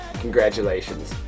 congratulations